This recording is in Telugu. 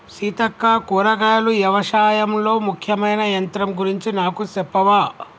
సీతక్క కూరగాయలు యవశాయంలో ముఖ్యమైన యంత్రం గురించి నాకు సెప్పవా